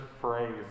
phrase